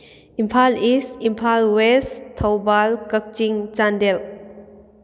Imphal east Imphal west Thoubal Kakching Chandel